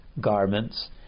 garments